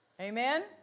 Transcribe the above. Amen